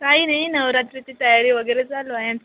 काही नाही नवरात्रीची तयारी वगैरे चालू आहे